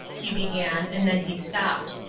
he began, and then he stopped.